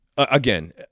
Again